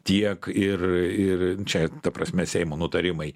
tiek ir ir čia ta prasme seimo nutarimai